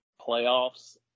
playoffs